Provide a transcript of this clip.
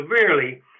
severely